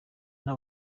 nta